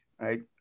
right